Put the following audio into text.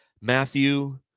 Matthew